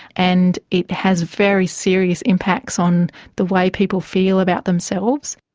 and it has very serious impacts on the way people feel about themselves.